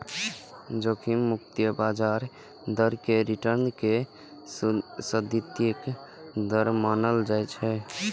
जोखिम मुक्त ब्याज दर कें रिटर्न के सैद्धांतिक दर मानल जाइ छै